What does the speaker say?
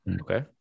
Okay